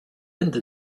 linda